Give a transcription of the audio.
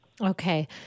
Okay